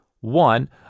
One